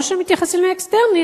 או שמתייחסים לאקסטרני,